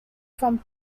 from